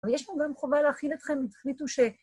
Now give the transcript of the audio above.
אבל יש פה גם חובה להכין אתכם אם תחליטו ש...